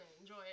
enjoy